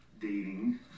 dating